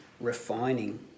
refining